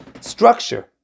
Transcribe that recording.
structure